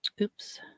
Oops